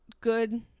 good